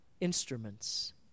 instruments